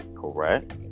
Correct